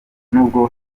n’ubwo